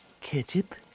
Ketchup